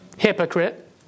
Hypocrite